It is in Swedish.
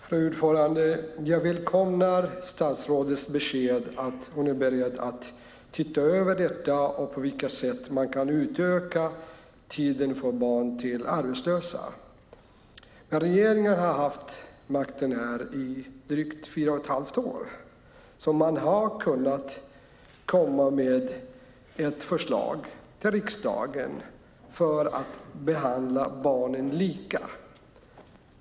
Fru talman! Jag välkomnar statsrådets besked att hon är beredd att se över detta och hur man kan utöka tiden i förskolan för barn till arbetslösa. Regeringen har haft makten i drygt fyra och ett halvt år, så man har kunnat komma med ett förslag till riksdagen för att behandla barnen lika.